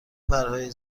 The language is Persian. پرهای